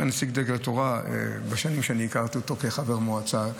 הוא היה נציג דגל התורה בשנים שאני הכרתי אותו כחבר מועצה.